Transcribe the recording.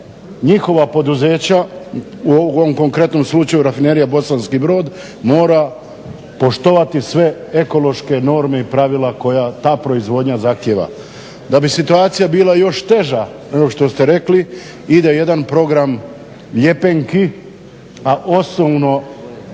njihova poduzeća u ovom konkretnom slučaju rafinerija Bosanski Brod mora poštovati sve ekološke norme i pravila koja ta proizvodnja zahtijeva. Da bi situacija bila još teža nego što ste rekli ide jedan program ljepenki, a osnovno